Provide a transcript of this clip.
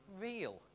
real